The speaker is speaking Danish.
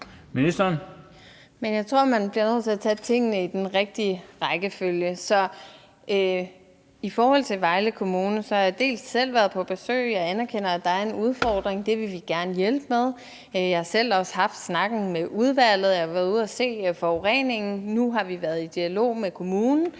Jeg tror, at man bliver nødt til at tage tingene i den rigtige rækkefølge. Så i forhold til Vejle Kommune har jeg selv været på besøg, og jeg anerkender, at der er en udfordring, som vi gerne vil hjælpe med. Jeg har også selv haft snakken med udvalget, og jeg har været ude og se forureningen. Nu har vi været i dialog med kommunen,